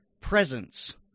presence